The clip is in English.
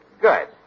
Good